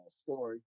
story